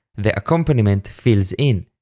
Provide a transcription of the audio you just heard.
the accompaniment fills in,